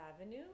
Avenue